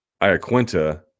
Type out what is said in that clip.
Iaquinta